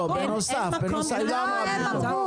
לא, זה בנוסף, היא לא אמרה במקום.